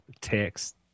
text